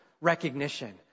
recognition